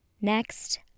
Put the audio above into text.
Next